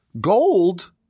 gold